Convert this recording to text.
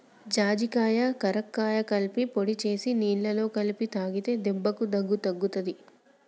జాజికాయ కరక్కాయ కలిపి పొడి చేసి నీళ్లల్ల కలిపి తాగితే దెబ్బకు దగ్గు తగ్గుతది